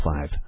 five